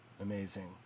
Amazing